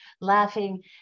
laughing